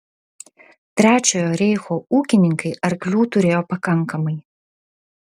trečiojo reicho ūkininkai arklių turėjo pakankamai